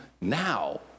now